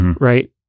Right